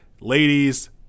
ladies